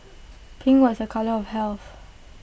pink was A colour of health